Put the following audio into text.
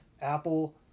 Apple